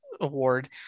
Award